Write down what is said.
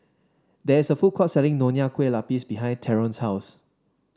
there is a food court selling Nonya Kueh Lapis behind Theron's house